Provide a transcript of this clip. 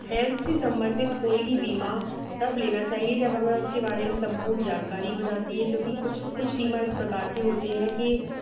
health से सम्बन्धित कोई भी बीमा तब लेना चाहिए जब हमें उसके बारे में सम्पूर्ण जानकारी हो जाती है क्योंकि कुछ कुछ बीमा इस प्रकार के होते हैं कि